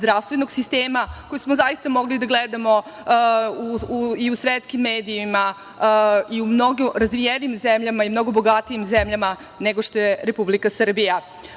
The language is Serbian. zdravstvenog sistema koji smo zaista mogli da gledamo i u svetskim medijima i u mnogo razvijenijim zemljama i mnogo bogatijim zemljama nego što je Republika Srbija. Zaista